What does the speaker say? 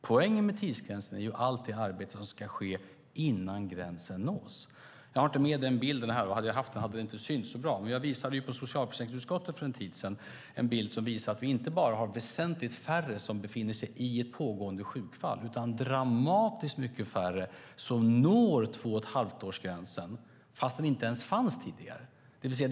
Poängen med en tidsgräns är allt det arbete som ska ske innan gränsen nås. Jag visade på socialförsäkringsutskottet för en tid sedan en bild där det framgick att vi inte bara har väsentligt färre som befinner sig i ett pågående sjukfall, utan också dramatiskt mycket färre som når två-och-ett-halvt-års-gränsen, fast den inte ens fanns tidigare. Jag har inte med den bilden här, och hade jag haft den hade det inte synts så bra.